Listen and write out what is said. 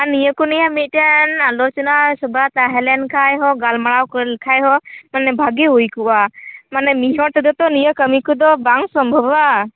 ᱟᱨ ᱱᱤᱭᱟᱹ ᱠᱚ ᱱᱤᱭᱟᱹ ᱢᱤᱫᱴᱮᱱ ᱟᱞᱚᱪᱚᱱᱟ ᱥᱚᱵᱷᱟ ᱛᱟᱦᱮᱸ ᱞᱮᱱᱠᱷᱟᱭ ᱦᱚᱸ ᱜᱟᱞᱢᱟᱲᱟᱣ ᱠᱚ ᱞᱮᱠᱷᱟᱭ ᱦᱚᱸ ᱢᱟᱱᱮ ᱵᱷᱟᱜᱮ ᱦᱩᱭ ᱠᱚᱜᱼᱟ ᱢᱟᱱᱮ ᱢᱤᱫᱦᱚᱲ ᱛᱮᱜᱮ ᱛᱚ ᱱᱤᱭᱟᱹ ᱠᱟ ᱢᱤ ᱠᱚᱫᱚ ᱵᱟᱝ ᱥᱚᱢᱵᱷᱚᱵᱚᱜᱼᱟ